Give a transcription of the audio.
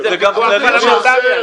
זאת לא הוועדה הזאת.